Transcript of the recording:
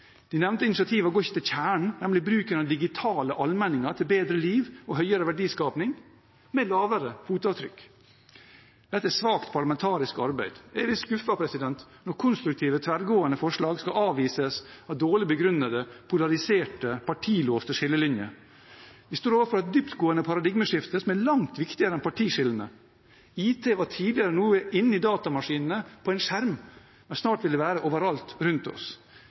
De nevnte initiativene går ikke til kjernen, nemlig bruken av digitale allmenninger til bedre liv og høyere verdiskaping med lavere fotavtrykk. Dette er svakt parlamentarisk arbeid. Jeg er litt skuffet når konstruktive tverrgående forslag skal avvises av dårlig begrunnede, polariserte, partilåste skillelinjer. Vi står overfor et dyptgående paradigmeskifte som er langt viktigere enn partiskillene. IT var tidligere noe inne i datamaskinene, på en skjerm, men snart vil det være overalt rundt oss.